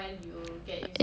ya